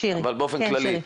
אבל באופן כללי.